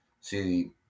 See